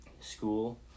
school